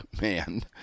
man